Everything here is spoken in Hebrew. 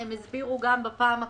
יקראו את סעיף 174(ב)